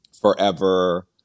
forever